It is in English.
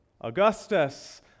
Augustus